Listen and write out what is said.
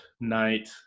night